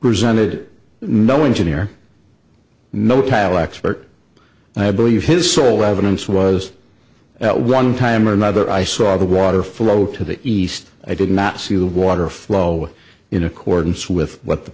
resided no engine or no tile expert i believe his sole evidence was at one time or another i saw the water flow to the east i did not see the water flow in accordance with what the